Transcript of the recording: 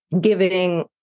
giving